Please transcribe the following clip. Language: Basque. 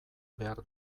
behar